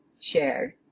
shared